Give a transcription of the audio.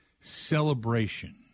celebration